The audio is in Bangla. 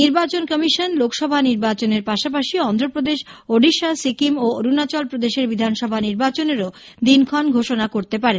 নির্বাচন কমিশন লোকসভা নির্বাচনের পাশাপাশি অন্ধ্রপ্রদেশ ওডিশা সিকিম এবং অরুণাচল প্রদেশের বিধানসভা নির্বাচনেরও দিনক্ষণ ঘোষণা করতে পারেন